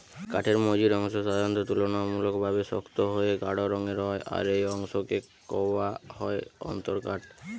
কাঠের মঝির অংশ সাধারণত তুলনামূলকভাবে শক্ত আর গাঢ় রঙের হয় আর এই অংশকে কওয়া হয় অন্তরকাঠ